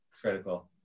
critical